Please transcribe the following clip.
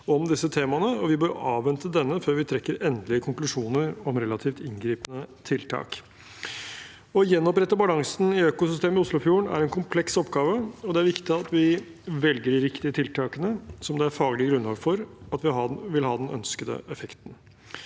vi bør avvente denne før vi trekker endelige konklusjoner om relativt inngripende tiltak. Å gjenopprette balansen i økosystemet i Oslofjorden er en kompleks oppgave, og det er viktig at vi velger de riktige tiltakene som det er faglig grunnlag for at vil ha den ønskede effekten.